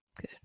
Good